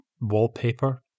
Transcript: wallpaper